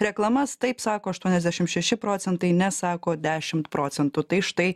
reklamas taip sako aštuoniasdešim šeši procentai ne sako dešimt procentų tai štai